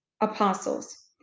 apostles